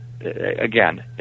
again